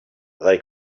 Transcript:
they